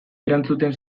erantzun